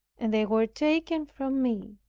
and they were taken from me.